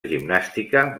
gimnàstica